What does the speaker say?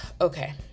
Okay